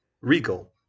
Regal